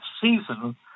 season